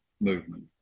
movement